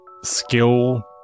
skill